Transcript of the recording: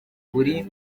buri